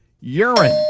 urine